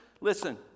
Listen